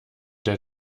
der